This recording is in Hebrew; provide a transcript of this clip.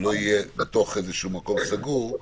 שלא תהיה בתוך איזשהו מקום סגור.